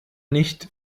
nicht